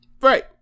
Right